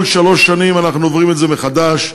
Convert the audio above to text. כל שלוש שנים אנחנו עוברים את זה מחדש,